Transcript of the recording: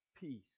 peace